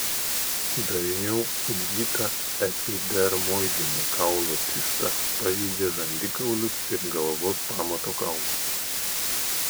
dažniau įgyta epidermoidinė kaulo cista pažeidžia žandikaulius ir galvos pamato kaulus